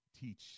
teach